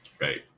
Right